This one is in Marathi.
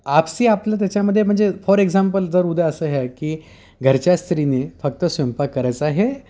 आपसी आपलं त्याच्यामध्ये म्हणजे फॉर एक्झाम्पल जर उद्या असं हे आहे की घरच्या स्त्रीने फक्त स्वयंपाक करायचा हे